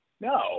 No